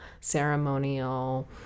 ceremonial